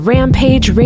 Rampage